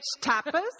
tapas